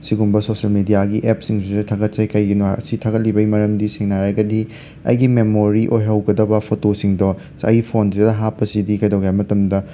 ꯁꯤꯒꯨꯝꯕ ꯁꯣꯁꯦꯜ ꯃꯦꯗꯤꯌꯥꯒꯤ ꯑꯦꯞꯁꯁꯤꯡꯁꯤꯗ ꯊꯥꯒꯠꯆꯩ ꯀꯩꯒꯤꯅꯣ ꯍꯥꯏꯔꯒ ꯁꯤ ꯊꯥꯒꯠꯂꯤꯕꯒꯤ ꯃꯔꯝꯗꯤ ꯁꯦꯡꯅ ꯍꯥꯏꯔꯒꯗꯤ ꯑꯩꯒꯤ ꯃꯦꯃꯣꯔꯤ ꯑꯣꯏꯍꯧꯒꯗꯕ ꯐꯣꯇꯣꯁꯤꯡꯗꯣ ꯑꯩ ꯐꯣꯟꯁꯤꯗ ꯍꯥꯞꯄꯁꯤꯗꯤ ꯀꯩꯗꯧꯒꯦ ꯍꯥꯏꯕ ꯃꯇꯝꯗ